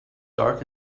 dark